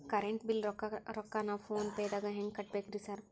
Current bill ರೊಕ್ಕಾನ phone ಪೇದಾಗ ಹೆಂಗ್ ಕಟ್ಟಬೇಕ್ರಿ ಸರ್?